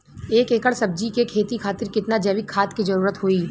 एक एकड़ सब्जी के खेती खातिर कितना जैविक खाद के जरूरत होई?